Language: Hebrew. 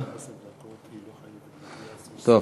טוב,